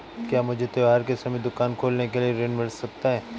क्या मुझे त्योहार के समय दुकान खोलने के लिए ऋण मिल सकता है?